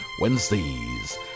Wednesdays